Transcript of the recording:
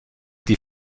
die